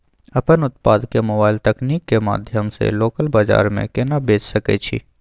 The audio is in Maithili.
अपन उत्पाद के मोबाइल तकनीक के माध्यम से लोकल बाजार में केना बेच सकै छी?